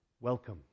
Welcome